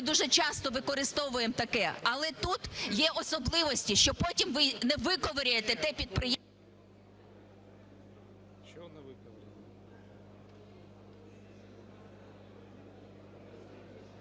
дуже часто використовуємо таке. Але тут є особливості, що потім ви не виковиряєте те підприємство…